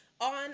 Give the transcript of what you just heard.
on